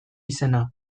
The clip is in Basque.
izena